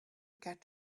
get